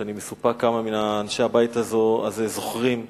ואני מסופק כמה מאנשי הבית הזה זוכרים אותה,